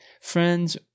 friends